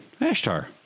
Ashtar